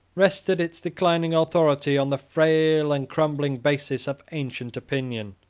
rested its declining authority on the frail and crumbling basis of ancient opinion.